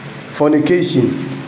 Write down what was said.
fornication